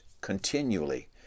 continually